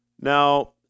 Now